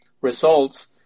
results